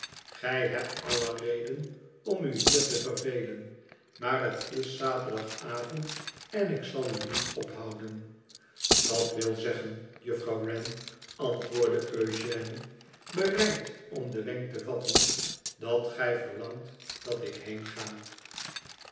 gij hebt alle reden om u hier te vervelen maar het is zaterdagavond en ik zal u niet ophouden dat wil zeggen juffrouw wren antwoordde eugène bereid om den wenk te vatten dat gij verlangt dat ik heenga